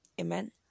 Amen